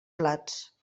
plats